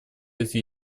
эти